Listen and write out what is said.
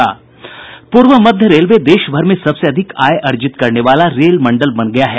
पूर्व मध्य रेलवे देशभर में सबसे अधिक आय अर्जित करने वाला रेलवे मंडल बन गया है